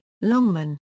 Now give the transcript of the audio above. Longman